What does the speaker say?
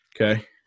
Okay